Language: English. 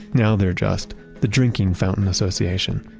now they're just the drinking fountain association.